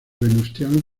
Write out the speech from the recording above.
venustiano